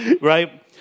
Right